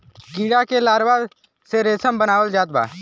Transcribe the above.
कीड़ा के लार्वा से रेशम बनावल जात बा